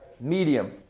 Medium